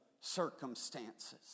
circumstances